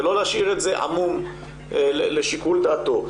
ולא להשאיר את זה עמום לשיקול דעתם.